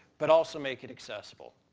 but also make it accessible.